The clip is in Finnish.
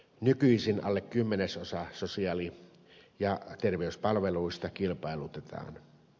nykyisin alle kymmenesosa sosiaali ja terveyspalveluista kilpailutetaan